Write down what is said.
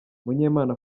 munyemana